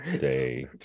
day